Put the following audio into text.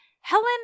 Helen